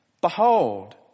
Behold